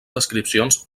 descripcions